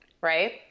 Right